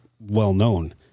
well-known